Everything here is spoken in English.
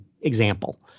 example